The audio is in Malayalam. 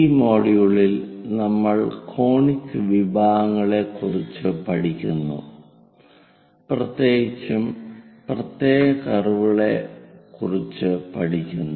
ഈ മൊഡ്യൂളിൽ നമ്മൾ കോണിക് വിഭാഗങ്ങളെക്കുറിച്ച് പഠിക്കുന്നു പ്രത്യേകിച്ചും പ്രത്യേക കർവുകളെക്കുറിച്ച് പഠിക്കുന്നു